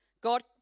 God